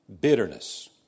bitterness